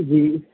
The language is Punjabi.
ਜੀ